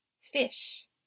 Fish